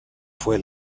fue